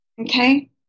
Okay